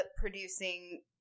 producing